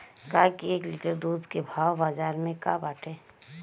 गाय के एक लीटर दूध के भाव बाजार में का बाटे?